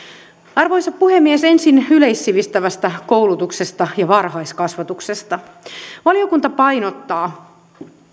arvoisa puhemies ensin yleissivistävästä koulutuksesta ja varhaiskasvatuksesta valiokunta painottaa